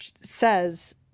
says